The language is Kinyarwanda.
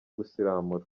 gusiramura